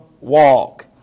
walk